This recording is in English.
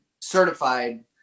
certified